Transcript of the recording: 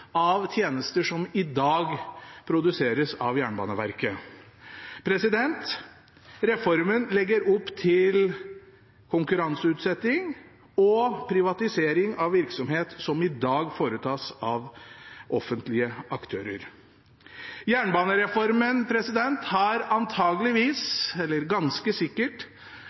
av tjenester som i dag produseres av Jernbaneverket. Reformen legger opp til konkurranseutsetting og privatisering av virksomhet som i dag foretas av offentlige aktører. Jernbanereformen har antakeligvis, eller ganske sikkert,